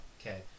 Okay